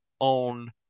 own